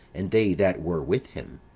and they that were with him.